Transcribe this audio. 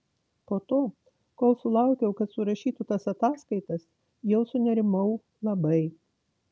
po to kol sulaukiau kad surašytų tas ataskaitas jau sunerimau labai